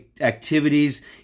activities